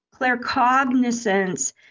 Claircognizance